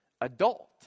adult